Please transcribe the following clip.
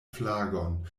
flagon